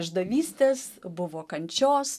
išdavystės buvo kančios